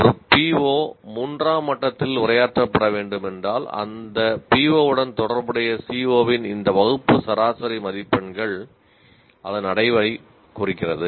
ஒரு PO 3 ஆம் மட்டத்தில் உரையாற்றப்பட வேண்டும் என்றால் அந்த PO உடன் தொடர்புடைய CO இன் இந்த வகுப்பு சராசரி மதிப்பெண்கள் அதன் அடைவதை குறிக்கிறது